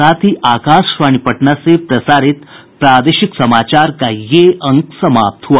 इसके साथ ही आकाशवाणी पटना से प्रसारित प्रादेशिक समाचार का ये अंक समाप्त हुआ